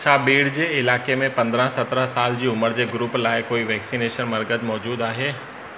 छा बीड़ जे इलाइक़े में पंद्रहं सत्रहं साल जी उमिरि जे ग्रूप लाइ कोई वैक्सनेशन मर्कज़ मौजूदु आहे